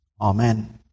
Amen